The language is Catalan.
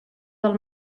del